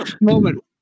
moment